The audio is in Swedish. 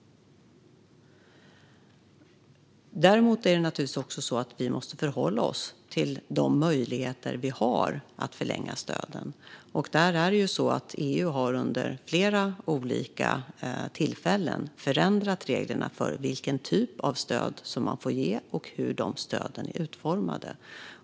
Däremot måste vi också förhålla oss till de möjligheter vi har att förlänga stöden. EU har vid flera olika tillfällen ändrat reglerna för vilken typ av stöd som man får ge och hur de stöden är utformade.